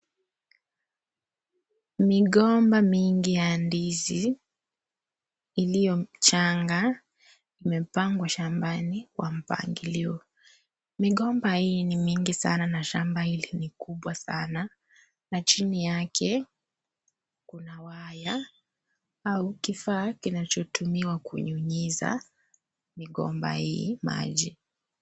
Migomba mingi ya ndizi iliyo changa imepangwa shambani kwa mpangilio. Migomba hii ni mingi sana na shamba hili ni kubwa sana na chini yake kuna waya au kifaa kinachotumiwa kunyunyiza migomba hii maji.